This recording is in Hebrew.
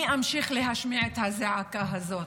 אני אמשיך להשמיע את הזעקה הזאת.